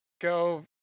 go